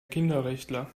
kinderrechtler